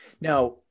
Now